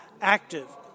active